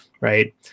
right